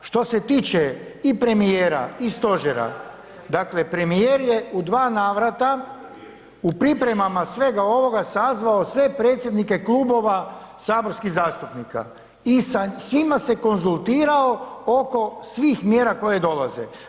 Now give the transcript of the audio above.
Što se tiče i premijera i stožera, dakle premijer je u 2 navrata u pripremama svega ovoga sazvao sve predsjednike klubova saborskih zastupnika i sa svima se konzultirao oko svih mjera koje dolaze.